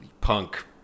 punk